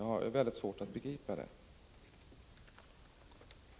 Det har jag mycket svårt att IK LE indalsälvens delta begripa.